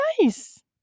nice